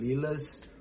lilas